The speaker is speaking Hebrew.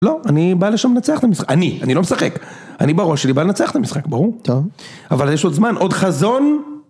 לא, אני בא לשם לנצח במשחק. אני, אני לא משחק, אני בראש שלי בא לנצח במשחק, ברור? טוב. אבל יש עוד זמן, עוד חזון.